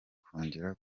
kongera